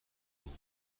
dugu